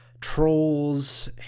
trolls